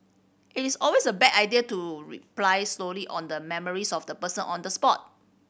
it is always a bad idea to reply solely on the memories of the person on the spot